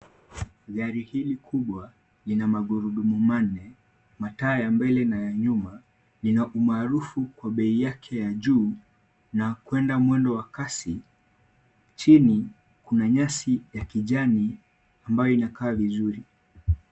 Gari hiki lubwa lina magurundumu manne, mataa ya mbele na nyuma lina umaarufu kwa bei yake ya juu na kuenda mwendo wa kasi. Chini kuna nyasi ya kijani ambayo inakaa vizuri.